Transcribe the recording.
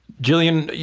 gillian,